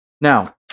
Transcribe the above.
Now